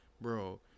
Bro